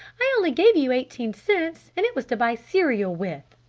i only gave you eighteen cents and it was to buy cereal with.